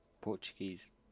Portuguese